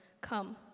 Come